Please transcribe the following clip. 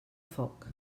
foc